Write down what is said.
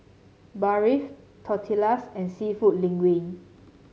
Barfi Tortillas and seafood Linguine